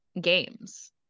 games